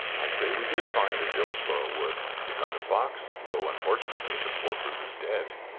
i say we did find in dillsborough wood. we found a fox though unfortunately the poor brute was dead.